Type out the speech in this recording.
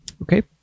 Okay